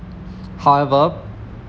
however